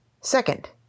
Second